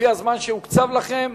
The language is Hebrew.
לפי הזמן שהוקצב לכם: